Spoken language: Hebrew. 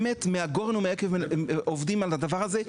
באמת מהגורן ומהיקר עובדים על הדבר הזה,